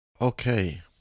Okay